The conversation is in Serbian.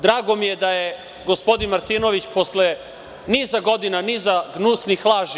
Drago mi je da je gospodin Martinović, posle niza godina, niza gnusnih laži…